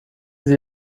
sie